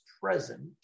present